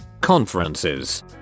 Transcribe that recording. conferences